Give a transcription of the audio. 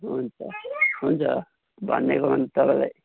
हुन्छ हुन्छ भनिदिएकोमा नि तपाईँलाई